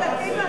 ומה אתה עושה?